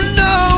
no